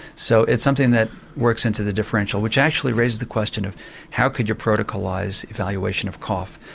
so it's something that works into the differential which actually raises the question of how could you protocolise evaluation of cough.